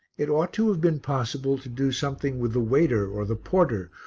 it ought to have been possible to do something with the waiter or the porter,